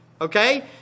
Okay